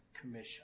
commission